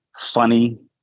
funny